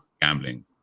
gambling